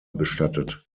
bestattet